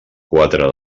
quatre